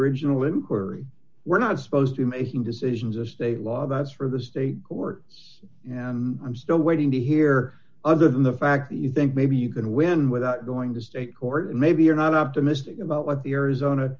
original inquiry we're not supposed to be making decisions as they law that's for the state courts i'm still waiting to hear other than the fact that you think maybe you can win without going to state court and maybe you're not optimistic about what the arizona